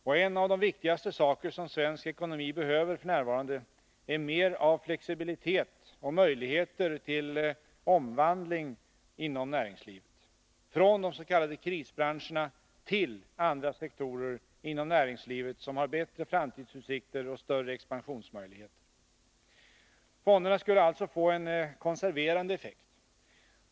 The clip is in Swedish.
Och en av de viktigaste saker som svensk ekonomi behöver f. n. är mer av flexibilitet och möjligheter till omvandling inom näringslivet, från de s.k. krisbranscherna till andra sektorer inom näringslivet som har bättre framtidsutsikter och större expansionsmöjligheter. Fonderna skulle alltså få en konserverande effekt.